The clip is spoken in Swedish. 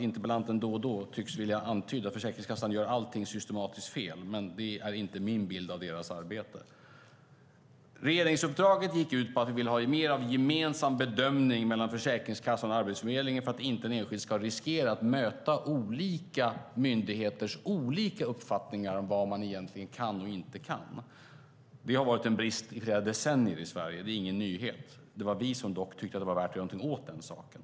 Interpellanten tycks då och då vilja antyda att Försäkringskassan gör allting systematiskt fel, men min bild av deras arbete är annorlunda. Regeringsuppdraget gick ut på att vi vill ha mer av gemensam bedömning mellan Försäkringskassan och Arbetsförmedlingen för att den enskilde inte ska riskera att möta olika myndigheters olika uppfattningar om vad man egentligen kan och inte kan. Det har under flera decennier funnits en brist när det gäller detta i Sverige. Det är ingen nyhet. Det var dock vi som tyckte att det var värt att göra någonting åt saken.